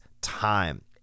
time